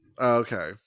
Okay